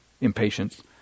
impatience